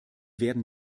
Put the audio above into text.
werden